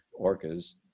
orcas